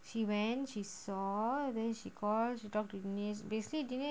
she went she saw then she call she talk to dinesh basically dinesh